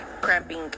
Cramping